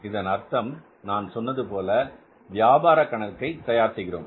இதன் அர்த்தம் நான் சொல்வது போல் நாம் வியாபார கணக்கை தயார் செய்கிறோம்